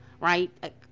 right